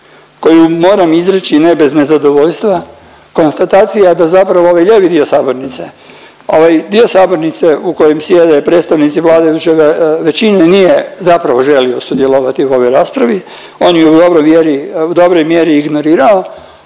koju moram izreći ne bez nezadovoljstva, konstatacija da zapravo ovaj lijevi dio sabornice, ovaj dio sabornice u kojem sjede predstavnici vladajuće većine nije zapravo želio sudjelovati u ovoj raspravi. Oni u dobroj vjeri, u dobroj